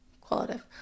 Qualitative